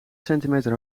centimeter